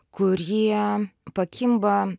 kurie pakimba